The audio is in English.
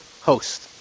host